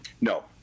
No